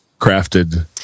crafted